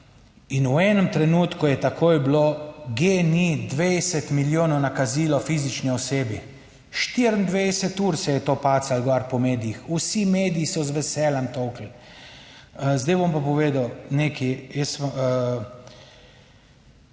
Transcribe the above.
in v enem trenutku je takoj bilo GEN-I, 20 milijonov nakazilo fizični osebi. 24 ur se je to pacalo gor po medijih, vsi mediji so z veseljem tolkli. Zdaj bom pa povedal nekaj,